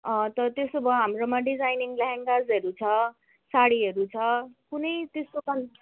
त त्यसो भए हाम्रोमा डिजाइनिङ लेहेङ्गासहरू छ साडीहरू छ कुनै त्यस्तो कन्